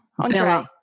Andre